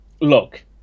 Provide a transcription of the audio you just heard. look